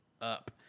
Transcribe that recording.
up